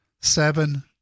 Seven